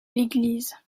l’église